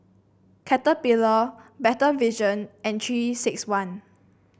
Caterpillar Better Vision and Three six one